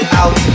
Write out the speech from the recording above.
out